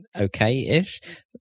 okay-ish